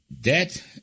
Debt